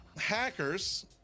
hackers